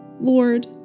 Lord